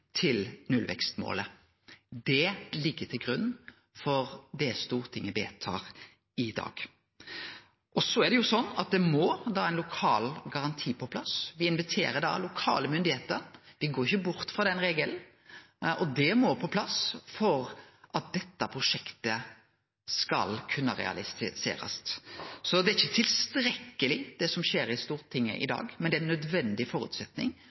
til nullvekstmålet. Det ligg til grunn for det Stortinget vedtar i dag. Så er det slik at det må ein lokal garanti på plass. Me inviterer lokale myndigheiter – me går ikkje bort frå den regelen – og det må på plass for at dette prosjektet skal kunne realiserast. Så det er ikkje tilstrekkeleg det som skjer i Stortinget i dag, men det er ein nødvendig